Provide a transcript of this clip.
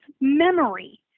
memory